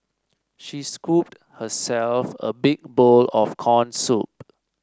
she scooped herself a big bowl of corn soup